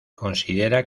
considera